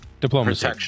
diplomacy